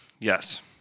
Yes